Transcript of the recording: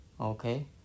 Okay